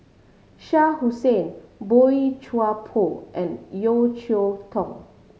Shah Hussain Boey Chuan Poh and Yeo Cheow Tong